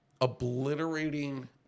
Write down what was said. obliterating